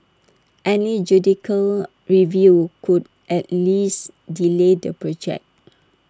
any judicial review could at least delay the project